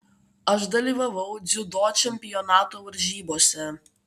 aš dalyvavau dziudo čempionato varžybose